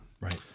Right